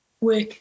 work